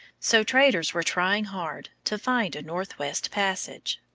so traders were trying hard to find a northwest passage.